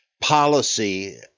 Policy